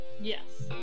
Yes